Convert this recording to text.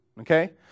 okay